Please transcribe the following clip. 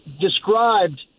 described